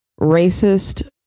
racist